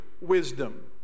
wisdom